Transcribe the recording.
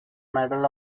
medal